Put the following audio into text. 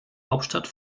hauptstadt